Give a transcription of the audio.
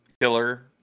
killer